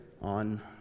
on